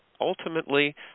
ultimately